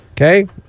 Okay